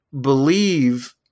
believe